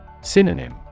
Synonym